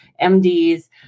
MDs